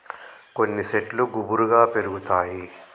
కొన్ని శెట్లు గుబురుగా పెరుగుతాయి